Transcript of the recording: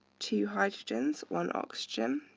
two hydrogens, one oxygen,